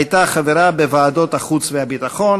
הייתה חברה בוועדות החוץ והביטחון,